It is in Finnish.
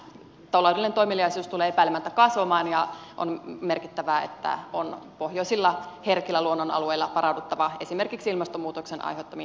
taloudellinen toimeliaisuus tulee epäilemättä kasvamaan ja on merkittävää että pohjoisilla herkillä luonnonalueilla on varauduttava esimerkiksi ilmastonmuutoksen aiheuttamiin ääriluonnonilmiöihin